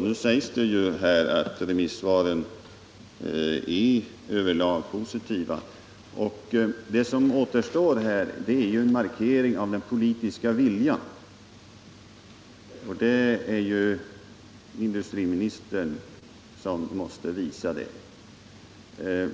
Nu säger industriministern i svaret att remissvaren över lag är positiva. Det som återstår är då en markering av den politiska viljan. Det är industriministern som måste göra den.